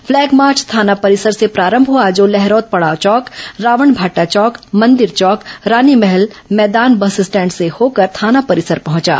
flag march थाना परिसर से प्रारंभ हुआ जो लहरौद पड़ाव चौक रावणभाटा चौक मंदिर चौक रानीमहल मैदान बस स्टैंड से होकर थाना परिसर पहुंचा